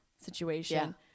situation